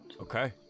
Okay